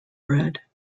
bread